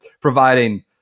providing –